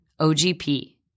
OGP